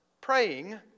praying